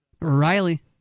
Riley